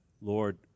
Lord